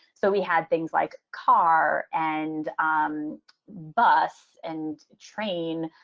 so we had things like car and um bus and train,